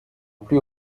plus